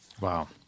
Wow